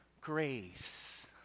grace